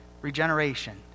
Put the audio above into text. Regeneration